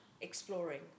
exploring